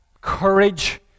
courage